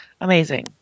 Amazing